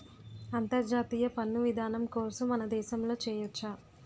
అంతర్జాతీయ పన్ను విధానం కోర్సు మన దేశంలో చెయ్యొచ్చా